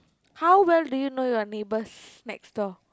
how well do you know your neighbours next door